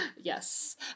yes